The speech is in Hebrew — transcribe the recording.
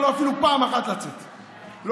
שיתבע אותי על הוצאת דיבה.